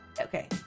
okay